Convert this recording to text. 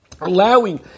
allowing